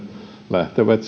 lähtevät